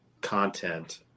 content